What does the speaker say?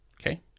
Okay